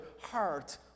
heart